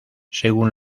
según